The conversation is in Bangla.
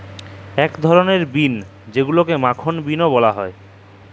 ইক ধরলের বিল যেগুলাকে মাখল বিলও ব্যলা হ্যয়